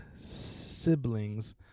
siblings